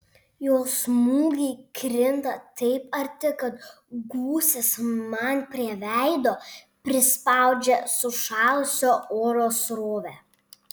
jo smūgiai krinta taip arti kad gūsis man prie veido prispaudžia sušalusio oro srovę